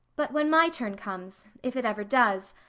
but when my turn comes. if it ever does.